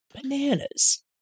Bananas